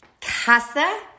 Casa